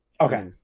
Okay